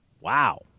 Wow